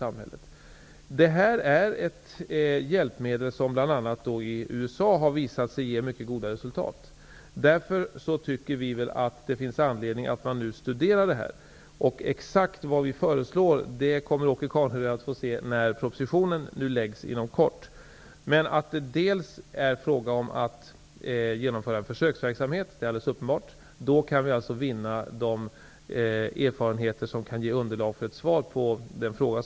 Alkolås är ett hjälpmedel som i bl.a. USA har visat sig ge mycket goda resultat. Vi tycker därför att det finns anledning att närmare studera detta. Exakt vad vi föreslår kommer Åke Carnerö att få veta när propositionen inom kort läggs fram. Men att det delvis är fråga om att genomföra en försöksverksamhet är alldeles uppenbart. Vi kan då vinna nödvändiga erfarenheter för att få svar på Åke Carnerös fråga.